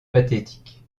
pathétique